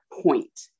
point